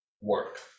work